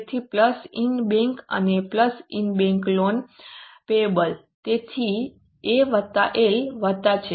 તેથી plus in bank અને plus in bank loan payables તેથી A વત્તા L વત્તા છે